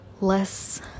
less